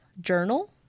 journal